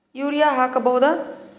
Urea ಹಾಕ್ ಬಹುದ?